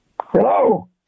Hello